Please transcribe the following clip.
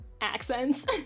accents